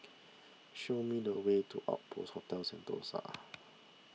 show me the way to Outpost Hotel Sentosa